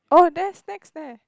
oh there snacks there